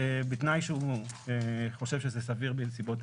בתנאי שהוא חושב שזה סביר בנסיבות